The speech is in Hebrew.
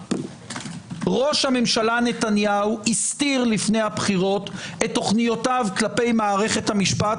ראש הממשלה נתניהו הסתיר לפני הבחירות את תוכניותיו כלפי מערכת המשפט.